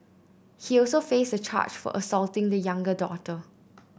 he also faced a charge for assaulting the younger daughter